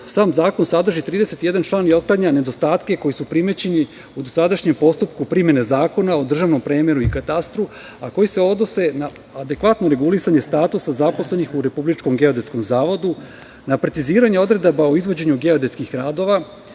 sam zakon sadrži 31 član i otklanja nedostatke koji su primećeni u dosadašnjem postupku primene Zakona o državnom premeru i katastru, a koji se odnose na adekvatno regulisanje statusa zaposlenih u Republičkom geodetskom zavodu, na preciziranje odredaba o izvođenju geodetskih radova,